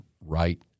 right